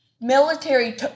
military